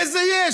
איזה "יש"?